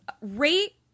rate